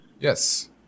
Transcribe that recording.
Yes